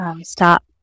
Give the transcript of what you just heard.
stop